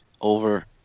over